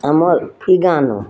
ଆମର୍ ଇ ଗାଁନ